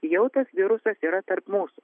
jau tas virusas yra tarp mūsų